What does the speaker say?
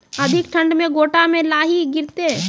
अधिक ठंड मे गोटा मे लाही गिरते?